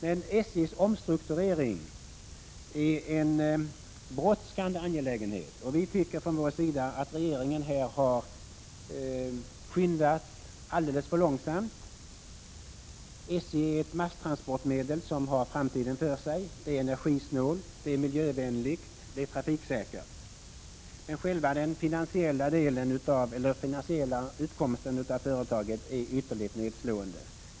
Men SJ:s omstrukturering är en brådskande angelägenhet. Vi tycker att regeringen här har skyndat alldeles för långsamt. Järnvägen är ett masstransportmedel som har framtiden för sig. Den är energisnål, den är miljövänlig, den är trafiksäker. Men själva den finansiella utkomsten av företaget är ytterligt nedslående.